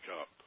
up